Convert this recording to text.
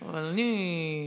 אבל אני אומרת.